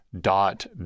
dot